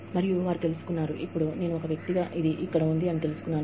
మరియు ఇప్పుడు నేను ఒక వ్యక్తిగా ఏది ఏక్కడ ఉంది అని తెలుసుకున్నాను